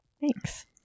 Thanks